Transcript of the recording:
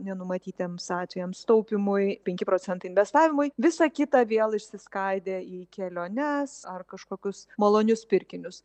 nenumatytiems atvejams taupymui penki procentai investavimui visą kitą vėl išsiskaidė į keliones ar kažkokius malonius pirkinius